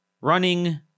running